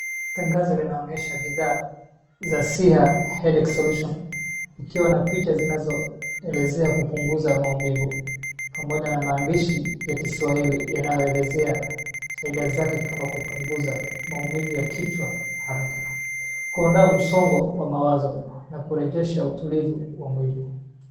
Tangazo linaonyesha bidhaa za SIHA HEADACHE SOLUTION, zikiwa na picha zinazoelezea kupunguza maumivu pamoja na maandishi ya Kiswahili yanaoelezea faida zake kama, kupunguza maumivu ya kichwa haraka, kuondoa msongo wa mawazo na kurejesha utulivu wa mwili.